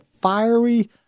fiery